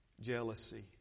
jealousy